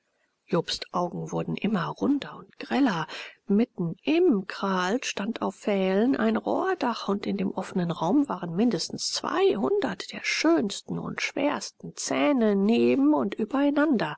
jobsts augen wurden immer runder und greller mitten im kral stand auf pfählen ein rohrdach und in dem offnen raum waren mindestens zweihundert der schönsten und schwersten zähne neben und übereinander